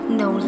no